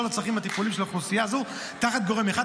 הצרכים הטיפוליים של האוכלוסייה הזאת תחת גורם אחד,